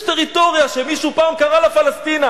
יש טריטוריה שמישהו פעם קרא לה פלשתינה.